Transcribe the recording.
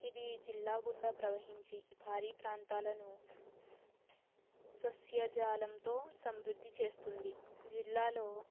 ఇది జిల్లా గుండా ప్రవహించి భారీ ప్రాంతాలను స సస్యజాలంతో సంవృద్ధి చేస్తుంది